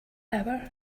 hour